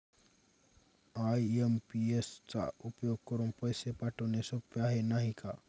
IMPS चा उपयोग करुन पैसे पाठवणे सोपे आहे, नाही का